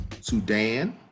Sudan